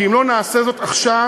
כי אם לא נעשה זאת עכשיו,